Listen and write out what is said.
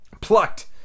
plucked